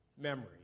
memory